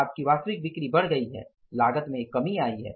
आपकी वास्तविक बिक्री बढ़ गई है लागत में कमी आई है